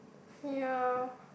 ya